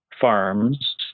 farms